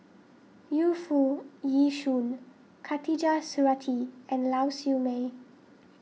Yu Foo Yee Shoon Khatijah Surattee and Lau Siew Mei